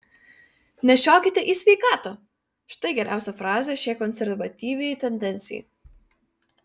nešiokite į sveikatą štai geriausia frazė šiai konservatyviai tendencijai